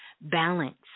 balance